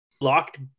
locked